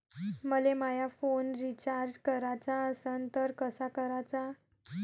मले माया phone recharge कराचा असन तर कसा कराचा?